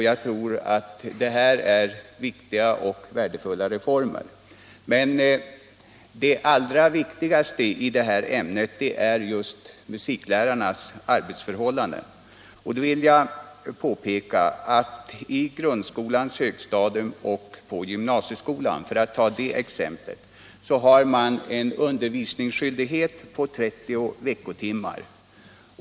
Jag tror att detta är viktiga och värdefulla reformer, men det allra viktigaste i denna fråga är just musiklärarnas arbetsförhållanden. Därför vill jag påpeka att i grundskolans högstadium och gymnasieskolan, för att ta det exemplet, har musiklärarna en undervisningsskyldighet på 30 veckotimmar.